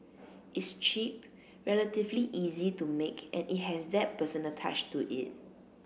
it's cheap relatively easy to make and it has that personal touch to it